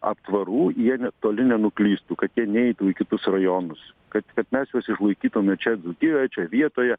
aptvarų jie ne toli nenuklystų kad jie neitų į kitus rajonus kad kad mes juos išlaikytume čia dzūkijoje čia vietoje